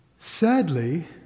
Sadly